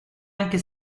anche